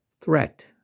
threat